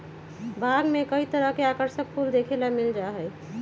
बाग में कई तरह के आकर्षक फूल देखे ला मिल जा हई